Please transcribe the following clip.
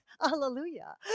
Hallelujah